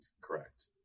correct